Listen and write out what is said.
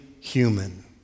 human